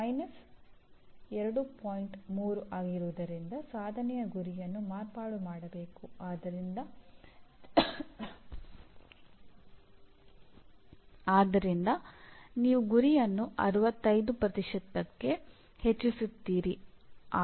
3 ಆಗಿರುವುದರಿಂದ ಸಾಧನೆಯ ಗುರಿಯನ್ನು ಮಾರ್ಪಾಡು ಮಾಡಬೇಕು ಆದರಿಂದ ನೀವು ಗುರಿಯನ್ನು 65 ಕ್ಕೆ ಹೆಚ್ಚಿಸುತ್ತೀರಿ